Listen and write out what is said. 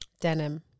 denim